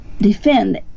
defend